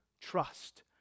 trust